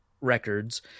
records